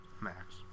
Max